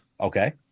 Okay